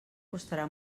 costarà